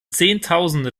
zehntausende